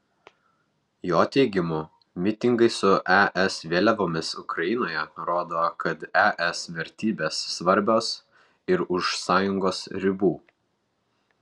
jo teigimu mitingai su es vėliavomis ukrainoje rodo kad es vertybės svarbios ir už sąjungos ribų